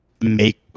make